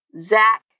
Zach